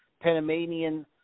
Panamanian